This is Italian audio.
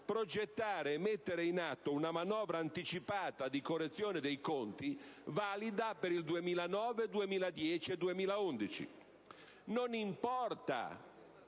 progettare e mettere in atto una manovra anticipata di correzione dei conti valida per il 2009, 2010 e 2011. Non importa,